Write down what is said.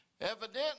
Evidently